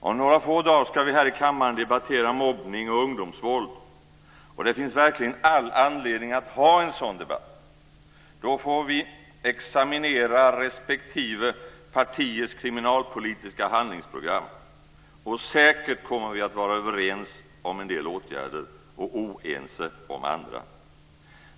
Om några få dagar ska vi här i riksdagen debattera mobbning och ungdomsvåld, och det finns verkligen all anledning att ha en sådan debatt. Då lär vi examinera respektive partiers kriminalpolitiska handlingsprogram. Och säkert kommer vi att vara överens om en del åtgärder och oense om andra.